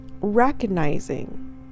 recognizing